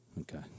Okay